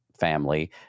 family